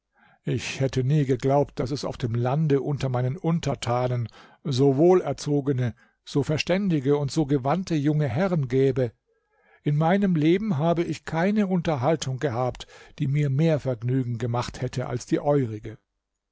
ich hätte nie geglaubt daß es auf dem lande unter meinen untertanen so wohlerzogene so verständige und so gewandte junge herren gäbe in meinem leben habe ich keine unterhaltung gehabt die mir mehr vergnügen gemacht hätte als die eurige